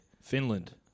Finland